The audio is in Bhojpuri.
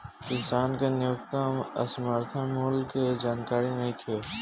किसान के न्यूनतम समर्थन मूल्य के जानकारी नईखे